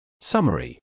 Summary